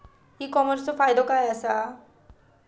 E कॉमर्सचो फायदो काय असा?